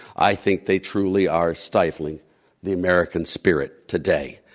i think they truly are stifling the american spirit today.